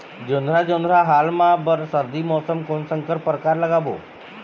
जोंधरा जोन्धरा हाल मा बर सर्दी मौसम कोन संकर परकार लगाबो?